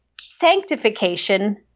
sanctification